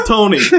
Tony